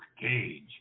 Cage